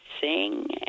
sing